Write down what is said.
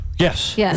Yes